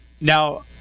Now